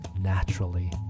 naturally